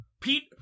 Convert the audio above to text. Pete